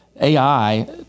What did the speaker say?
AI